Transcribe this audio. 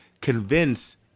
convince